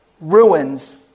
ruins